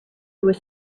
was